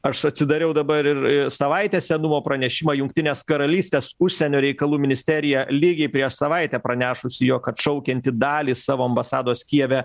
aš atsidariau dabar ir savaitės senumo pranešimą jungtinės karalystės užsienio reikalų ministerija lygiai prieš savaitę pranešusi jog atšaukianti dalį savo ambasados kijeve